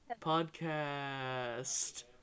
podcast